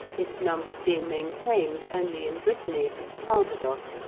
its numbers being maintained only in brittany, calvados,